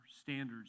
standards